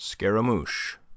Scaramouche